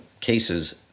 cases